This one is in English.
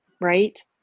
right